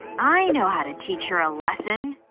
i know how to teach her a lesson.